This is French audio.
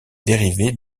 dérivés